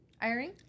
Ironing